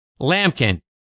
Lampkin